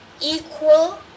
equal